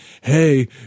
Hey